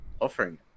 offering